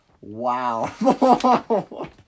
Wow